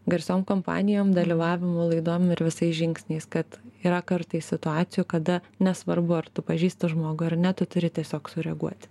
garsiom kompanijom dalyvavimu laidom ir visais žingsniais kad yra kartais situacijų kada nesvarbu ar tu pažįsti žmogų ar ne tu turi tiesiog sureaguoti